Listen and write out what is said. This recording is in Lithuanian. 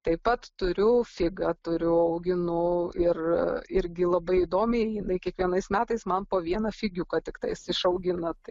taip pat turiu figą turiu auginau ir irgi labai įdomiai jinai kiekvienais metais man po vieną figiuką tiktais išaugina tai